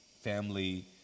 Family